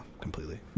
completely